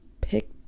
pick